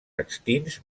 extints